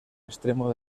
extremo